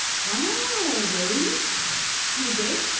wow, really? no. you were good?